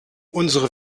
unsere